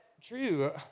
true